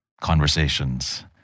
conversations